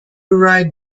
write